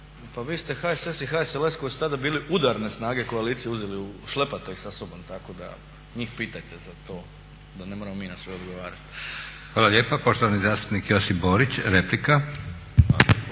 pa vi ste HSS i HSLS koji ste tada bili udarne snage koalicije uzeli, šlepate ih sa sobom tako da njih pitajte za to da ne moramo mi na sve odgovarati. **Leko, Josip (SDP)** Hvala lijepa. Poštovani zastupnik Josip Borić, replika.